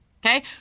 Okay